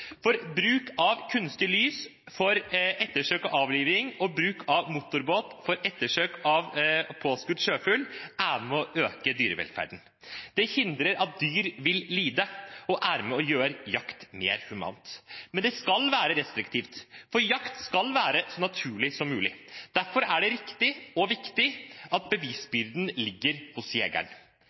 Bruk av kunstig lys for ettersøk og avliving og bruk av motorbåt for ettersøk av påskutt sjøfugl er med på å øke dyrevelferden. Det hindrer at dyr vil lide, og det bidrar til å gjøre jakt mer humant. Men det skal være restriktivt, for jakt skal være så naturlig så mulig. Derfor er det riktig, og viktig, at bevisbyrden ligger hos jegeren.